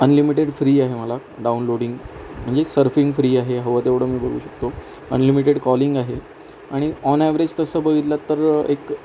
unlimited free आहे मला downloading म्हणजे सर्फिंग फ्री आहे हवं तेवढं मी बघू शकतो अनलिमिटेड कॉलिंग आहे आणि ऑन ॲवरेज तसं बघितलं तर एक